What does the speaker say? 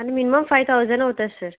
అంటే minimum five thousand అవుతుంది sir